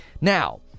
now